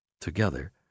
Together